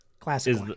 Classic